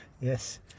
Yes